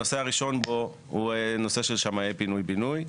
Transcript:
הנושא הראשון בו הוא נושא של שמאי פינוי בינוי.